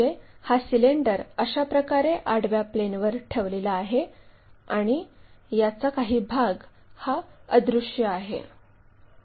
म्हणजे हा सिलेंडर अशाप्रकारे आडव्या प्लेनवर ठेवलेला आहे आणि याचा काही भाग हा अदृश्य आहे